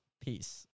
Peace